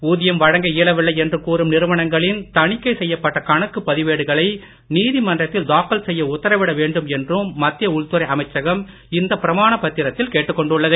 ஊதியம் வழங்க இயலவில்லை என்று கூறும் நிறுவனங்களின் தணிக்கை செய்யப்பட்ட கணக்கு பதிவேடுகளை நீதிமன்றத்தில் தாக்கல் செய்ய உத்தரவிட வேண்டும் என்றும் மத்திய உள்துறை அமைச்சகம் இந்த பிரமாணப் பத்திரத்தில் கேட்டுக் கொண்டுள்ளது